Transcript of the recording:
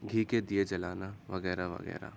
گھی کے دیے جلانا وغیرہ وغیرہ